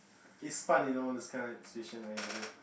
it's fun you know this kind situation and idea